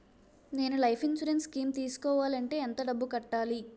నేను life insurance scheme తీసుకోవాలంటే ఎంత డబ్బు కట్టాలి?